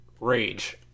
rage